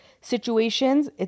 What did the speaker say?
situations